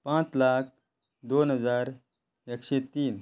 पांच लाख दोन हजार एकशें तीन